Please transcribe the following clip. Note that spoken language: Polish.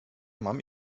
mam